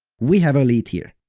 we have a lead here.